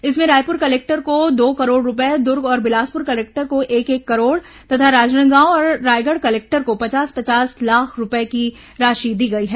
इनमें रायपुर कलेक्टर को दो करोड रूपए दुर्ग और बिलासपुर कलेक्टर को एक एक करोड़ तथा राजनांदगांव और रायगढ़ कलेक्टर को पचास पचास लाख रूपए की राशि दी गई है